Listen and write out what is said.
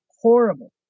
horrible